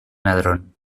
ladrón